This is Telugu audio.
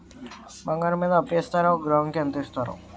బంగారం మీద అప్పు ఇస్తారా? ఒక గ్రాము కి ఎంత ఇస్తారు?